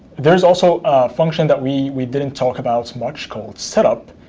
there's also a function that we we didn't talk about so much, called setup,